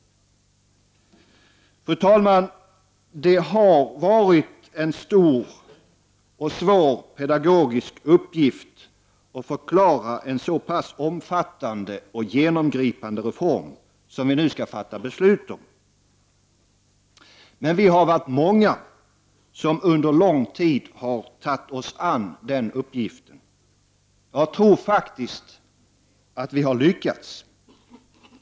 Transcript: Fru talman! Det har varit en stor och svår pedagogisk uppgift att förklara en så pass omfattande och genomgripande reform som den vi nu skall fatta beslut om. Men vi har varit många som under en lång tid har tagit oss an den uppgiften. Jag tror faktiskt att vi har lyckats.